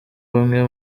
bamwe